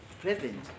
present